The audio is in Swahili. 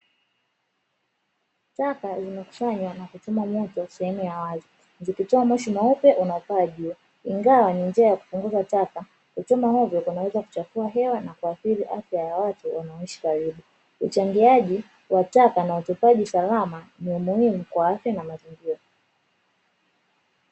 Taka zimekusanywa na kuchomwa moto sehemu ya wazi zikitoa moshi mweupe unaopaa juu ingawa ni njia ya kupunguza taka; kuchoma hovyo kunaweza kuchafua hali ya hewa na kuharibu afya ya watu wanaoishi karibu; uchangiaji na uchomaji salama ni muhimu kwa afya na mazingira.